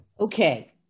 Okay